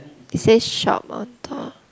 it says shop on top